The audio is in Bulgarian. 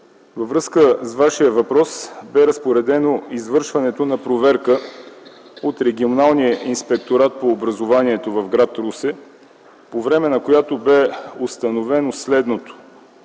във връзка с Вашия въпрос бе разпоредено извършването на проверка от Регионалния инспекторат по образованието в гр. Русе, по време на която бе установено следното.